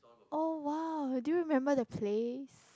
oh !wow! do you remember the place